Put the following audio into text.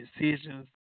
decisions